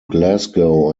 glasgow